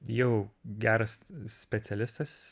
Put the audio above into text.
jau geras specialistas